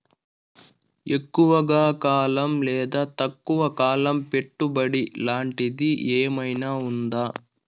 ఎక్కువగా కాలం లేదా తక్కువ కాలం పెట్టుబడి లాంటిది ఏమన్నా ఉందా